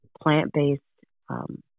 plant-based